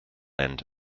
and